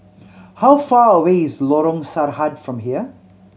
how far away is Lorong Sarhad from here